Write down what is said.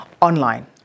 online